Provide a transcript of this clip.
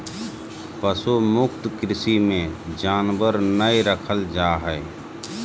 पशु मुक्त कृषि मे जानवर नय रखल जा हय